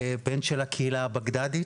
בן של הקהילה הבגדדית.